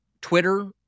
Twitter